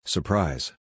Surprise